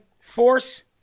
force